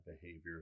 behavior